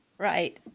Right